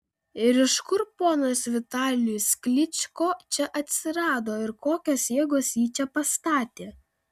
ir iš kur ponas vitalijus klyčko čia atsirado ir kokios jėgos jį čia pastatė